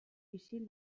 isil